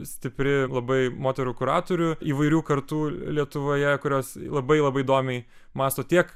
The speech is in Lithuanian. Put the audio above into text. stipri labai moterų kuratorių įvairių kartų lietuvoje kurios labai labai įdomiai mąsto tiek